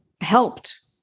helped